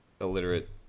illiterate